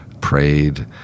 prayed